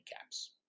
caps